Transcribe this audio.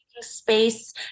space